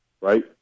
right